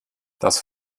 das